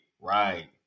Right